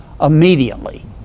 immediately